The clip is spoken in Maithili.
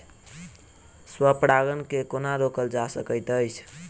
स्व परागण केँ कोना रोकल जा सकैत अछि?